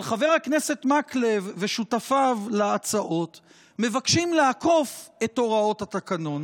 אבל חבר הכנסת מקלב ושותפיו להצעות מבקשים לעקוף את הוראות התקנון,